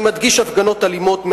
אני מדגיש: הפגנות אלימות,